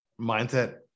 mindset